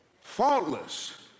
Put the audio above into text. faultless